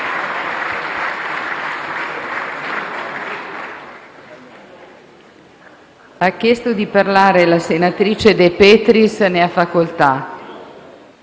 Grazie,